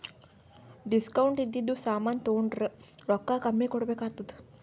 discount ಇದ್ದಿದು ಸಾಮಾನ್ ತೊಂಡುರ್ ರೊಕ್ಕಾ ಕಮ್ಮಿ ಕೊಡ್ಬೆಕ್ ಆತ್ತುದ್